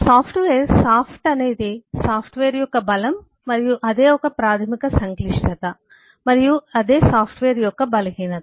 software మృదువైనది అనేది software యొక్క బలం మరియు అదే ఒక ప్రాథమిక సంక్లిష్టత మరియు సాఫ్ట్వేర్ యొక్క బలహీనత